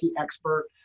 expert